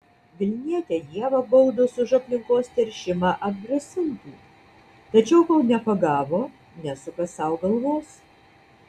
vilnietę ievą baudos už aplinkos teršimą atgrasintų tačiau kol nepagavo nesuka sau galvos